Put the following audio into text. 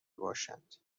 باشند